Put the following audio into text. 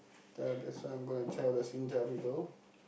ya that's why I'm going to tell the Singtel people